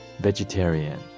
vegetarian